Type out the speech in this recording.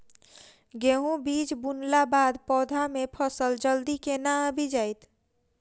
गेंहूँ बीज बुनला बाद पौधा मे फसल जल्दी केना आबि जाइत?